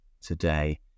today